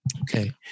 Okay